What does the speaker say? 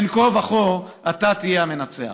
בין כה וכה אתה תהיה המנצח.